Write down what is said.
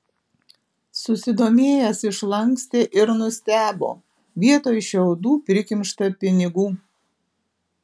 susidomėjęs išlankstė ir nustebo vietoj šiaudų prikimšta pinigų